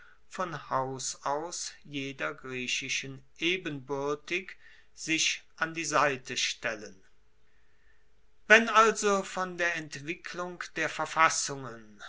von haus aus jeder griechischen ebenbuertig sich an die seite stellen wenn also von der entwicklung der verfassungen